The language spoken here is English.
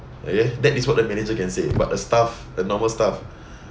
okay that is what the manager can say but a staff a normal staff